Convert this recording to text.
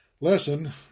lesson